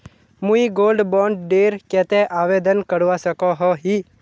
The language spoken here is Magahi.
मुई गोल्ड बॉन्ड डेर केते आवेदन करवा सकोहो ही?